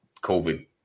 COVID